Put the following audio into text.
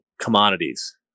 commodities